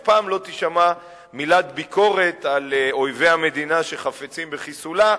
אף פעם לא תישמע מילת ביקורת על אויבי המדינה שחפצים בחיסולה.